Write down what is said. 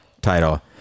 Title